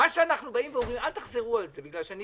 מה שאנחנו באים ואומרים, אל תחזרו על זה בגלל שאני